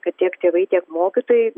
kad tiek tėvai tiek mokytojai